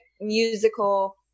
musical